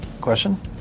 question